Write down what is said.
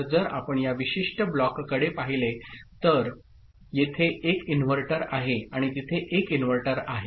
तर जर आपण या विशिष्ट ब्लॉककडे पाहिले तर येथे एक इन्व्हर्टर आहे आणि तिथे एक इन्व्हर्टर आहे